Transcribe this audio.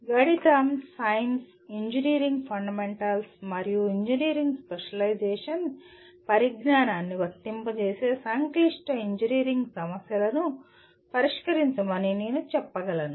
గణితం science engineering fundamentals మరియు engineering specialization పరిజ్ఞానాన్ని వర్తింపజేసే సంక్లిష్ట ఇంజనీరింగ్ సమస్యలను పరిష్కరించమని నేను చెప్పగలను